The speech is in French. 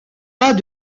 pas